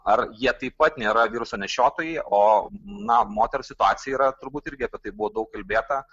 ar jie taip pat nėra viruso nešiotojai o na moters situacija yra turbūt irgi apie tai buvo daug kalbėta